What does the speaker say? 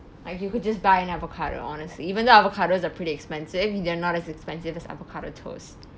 like you could just buy an avocado honestly even though avocados are pretty expensive they're not as expensive as avocado toast